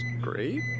great